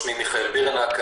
אני מיכאל בירנהק,